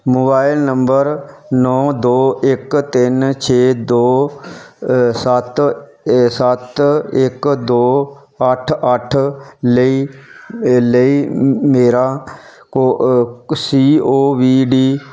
mobile number ਨੌਂ ਦੋ ਇੱਕ ਤਿੰਨ ਛੇ ਦੋ ਸੱਤ ਏ ਸੱਤ ਇੱਕ ਦੋ ਅੱਠ ਅੱਠ ਲਈ ਏ ਲਈ ਮੇਰਾ ਕੋ ਕ C O V I D